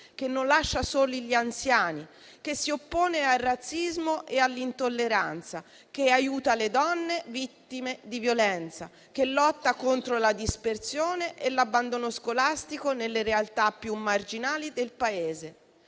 che non lascia soli gli anziani, che si oppone al razzismo e all'intolleranza, che aiuta le donne vittime di violenza, che lotta contro la dispersione e l'abbandono scolastico nelle realtà più marginali del Paese.